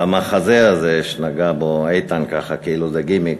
והמחזה הזה שנגע בו איתן ככה כאילו זה גימיק,